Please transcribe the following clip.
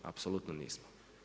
Apsolutno nismo.